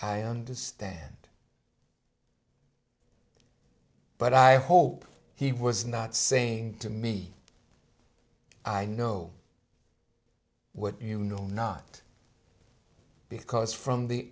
understand but i hope he was not saying to me i know what you know not because from the